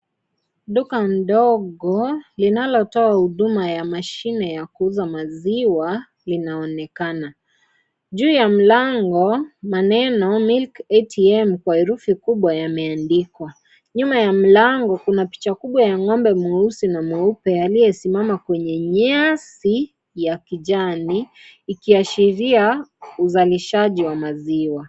Duka ndogo linalo toa huduma ya mashine ya kuuza maziwa linaonekana. Juu ya mlango, maneno Milk ATM kwa herufi kubwa yamandikwa. Nyuma ya mlango Kuna picha kubwa ya ng'ombe mweusi na mweupe aliye simama kwenye nyasi ya kijani ikiashiria uzalishaji wa maziwa.